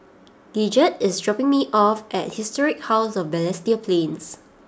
Gidget is dropping me off at Historic House of Balestier Plains